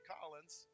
Collins